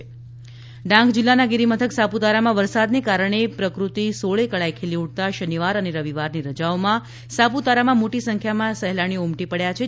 ડાંગ પ્રકૃતિ ડાંગ જીલ્લાના ગિરીમથક સાપુતારામાં વરસાદને કારણે પ્રકૃતિ સોળે કળાએ ખીલી ઉઠતાં શનિવાર અને રવિવારની રજાઓમાં સાપુતારામાં મોટીસંખ્યામાં સહેલાવણીઓ ઉમટી પડ્યા છે